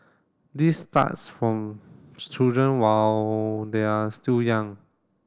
this starts from children while they are still young